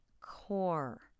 core